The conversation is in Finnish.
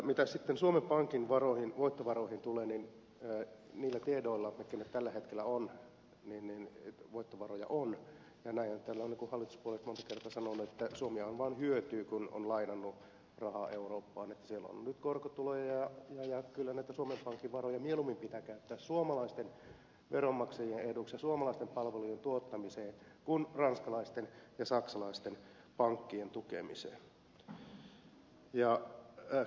mitä sitten suomen pankin voittovaroihin tulee niin niillä tiedoilla mitkä nyt tällä hetkellä ovat voittovaroja on ja näinhän täällä ovat hallituspuolueet monta kertaa sanoneet että suomihan vaan hyötyy kun on lainannut rahaa eurooppaan että siellä on nyt korkotuloja ja kyllä näitä suomen pankin varoja mieluummin pitää käyttää suomalaisten veronmaksajien eduksi ja suomalaisten palvelujen tuottamiseen kuin ranskalaisten ja saksalaisten pankkien tukemiseen